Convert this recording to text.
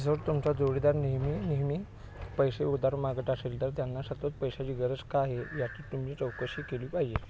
जर तुमचा जोडीदार नेहमी नेहमी पैशे उधार मागत असेल तर त्यांना सतत पैशाची गरज का आहे याची तुम्ही चौकशी केली पाहिजे